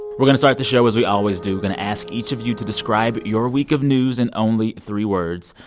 we're going to start the show as we always do. we're going to ask each of you to describe your week of news in only three words.